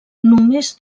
només